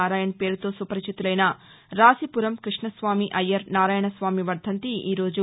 నారాయణ్ పేరుతో సుపరిచితులైన రాసిపురం కృష్ణస్వామి అయ్యర్ నారాయణస్వామి వర్దంతి ఈరోజు